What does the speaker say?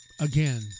Again